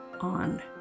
on